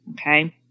okay